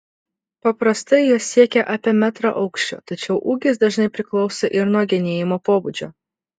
paprastai jos siekia apie metrą aukščio tačiau ūgis dažnai priklauso ir nuo genėjimo pobūdžio